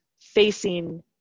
facing